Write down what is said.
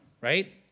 right